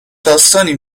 داستانی